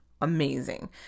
Amazing